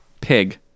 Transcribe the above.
Pig